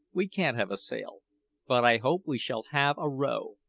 we can't have a sail but i hope we shall have a row,